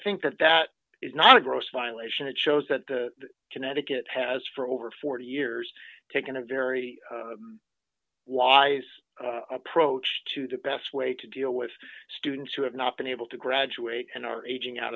think that that is not a gross violation it shows that connecticut has for over forty years taken a very wise approach to the best way to deal with students who have not been able to graduate and are aging out